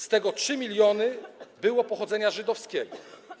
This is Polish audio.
Z tego 3 mln było pochodzenia żydowskiego.